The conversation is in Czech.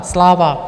Sláva!